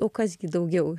o kas gi daugiau